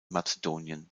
mazedonien